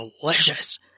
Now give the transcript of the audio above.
delicious